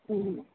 अँ